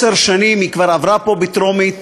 היא כבר עברה פה בטרומית.